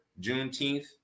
Juneteenth